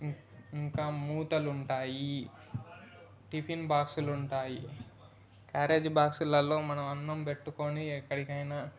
ఇంకా మూతలు ఉంటాయి టిఫిన్ బాక్స్లుంటాయి క్యారేజీ బాక్స్లలో మనం అన్నం పెట్టుకుని ఎక్కడికైనా